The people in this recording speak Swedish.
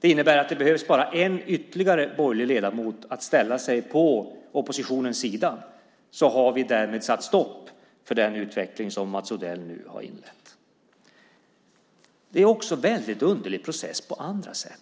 Det innebär att det bara behövs att ytterligare en borgerlig ledamot ställer sig på oppositionens sida så har vi därmed satt stopp för den utveckling som Mats Odell nu har inlett. Det är också en väldigt underlig process på andra sätt.